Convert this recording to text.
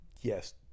Yes